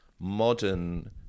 modern